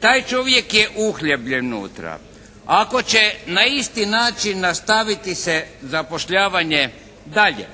Taj čovjek je uhljebljen unutra. Ako će na isti način nastaviti se zapošljavanje dalje,